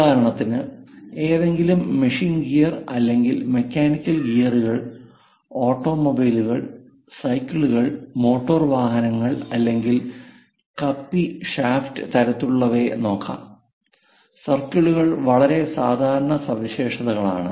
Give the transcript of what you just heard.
ഉദാഹരണത്തിന് ഏതെങ്കിലും machine gear അല്ലെങ്കിൽ മെക്കാനിക്കൽ ഗിയറുകൾ ഓട്ടോമൊബൈലുകൾ സൈക്കിളുകൾ മോട്ടോർ വാഹനങ്ങൾ അല്ലെങ്കിൽ കപ്പി ഷാഫ്റ്റ് തരത്തിലുള്ളവയെ നോക്കാം സർക്കിളുകൾ വളരെ സാധാരണ സവിശേഷതകളാണ്